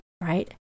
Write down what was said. right